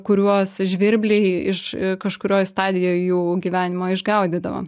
kuriuos žvirbliai iš kažkurioj stadijoj jų gyvenimo išgaudydavo